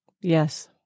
Yes